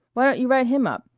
why don't you write him up?